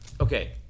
okay